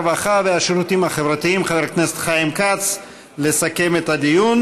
הרווחה והשירותים החברתיים חבר הכנסת חיים כץ לסכם את הדיון,